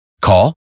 Call